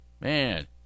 Man